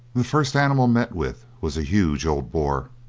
the first animal met with was a huge old boar,